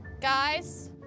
Guys